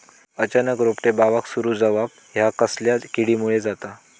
अचानक रोपटे बावाक सुरू जवाप हया कसल्या किडीमुळे जाता?